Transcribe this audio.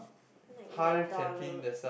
like McDonald's